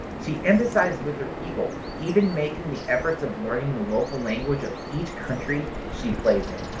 she empathizes with her people, even making the effort of learning the local language of each country she plays in.